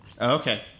Okay